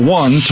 one